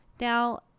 Now